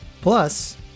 Plus